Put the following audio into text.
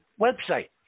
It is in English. website